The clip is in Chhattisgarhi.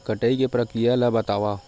कटाई के प्रक्रिया ला बतावव?